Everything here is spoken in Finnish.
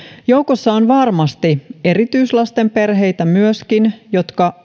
joukossa on varmasti myöskin erityislasten perheitä jotka